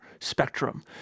spectrum